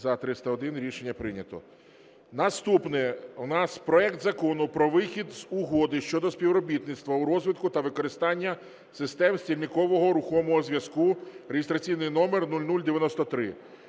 За-301 Рішення прийнято. Наступне у нас – проект Закону про вихід з Угоди щодо співробітництва у розвитку та використанні систем стільникового рухомого зв'язку (реєстраційний номер 0093).